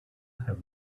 have